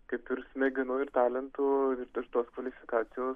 kaip ir smegenų ir talentų ir tirtos kvalifikacijų